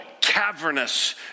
cavernous